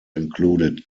included